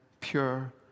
pure